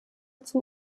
zum